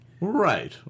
Right